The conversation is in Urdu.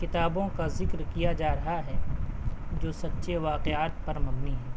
کتابوں کا ذکر کیا جا رہا ہے جو سچے واقعات پر مبنی ہیں